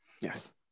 Yes